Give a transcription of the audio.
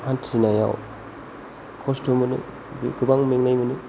हान्थिनायाव खस्त' मोनो गोबां मेंनाय मोनो